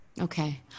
Okay